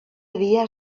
dia